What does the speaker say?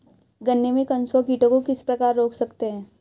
गन्ने में कंसुआ कीटों को किस प्रकार रोक सकते हैं?